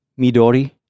midori